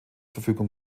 verfügung